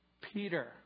Peter